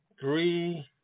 Three